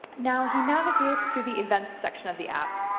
now, he navigates to the events section of the app.